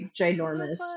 ginormous